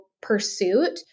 pursuit